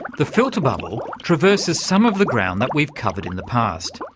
the filter bubble traverses some of the ground that we've covered in the past.